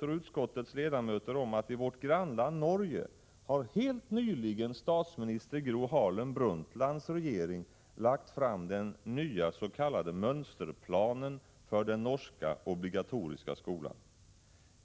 och utskottets ledamöter om att i vårt grannland Norge har nyligen statsminister Gro Harlem Brundtlands regering lagt fram den nya s.k. mönsterplanen för den norska obligatoriska skolan.